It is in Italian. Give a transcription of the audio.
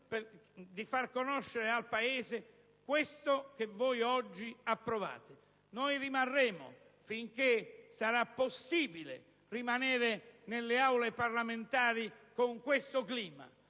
di far conoscere al Paese quello che oggi approvate. Rimarremo, finché sarà possibile rimanere nelle Aule parlamentari con questo clima,